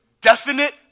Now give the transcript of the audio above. definite